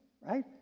right